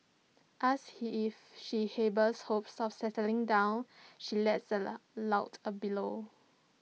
asked he if she harbours hopes of settling down she lets out A loud bellow